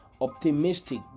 optimistic